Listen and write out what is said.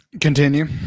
Continue